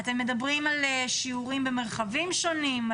אתם מדברים על שיעורים במרחבים שונים,